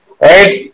Right